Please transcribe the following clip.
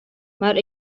mar